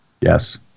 Yes